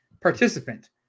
participant